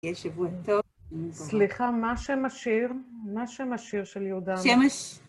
יהיה שבוע טוב. סליחה, מה שם השיר? מה שם השיר של יהודה? שמש.